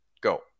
go